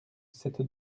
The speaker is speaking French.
cette